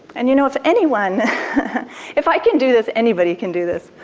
and you know, if anyone if i can do this, anybody can do this.